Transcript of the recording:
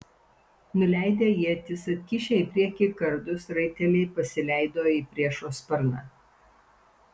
nuleidę ietis atkišę į priekį kardus raiteliai pasileido į priešo sparną